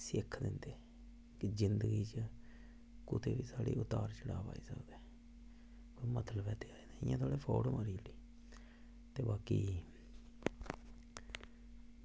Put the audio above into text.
सिक्ख दिंदे की जिंदगी च कुदै बी उतार चढ़ाव आई सकदा ऐ ते मतलब आस्तै एह् थोह्ड़ी की फोह्ड़ आस्तै ते बाकी